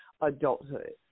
adulthood